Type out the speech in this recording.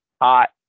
hot